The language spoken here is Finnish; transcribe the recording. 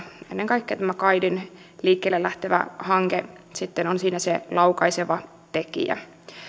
ennen kaikkea tämä kaidin liikkeelle lähtevä hanke on siinä se laukaiseva tekijä